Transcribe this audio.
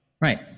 Right